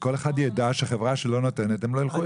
וכל אחד יידע שהחברה שלו נותנת והם לא יילכו.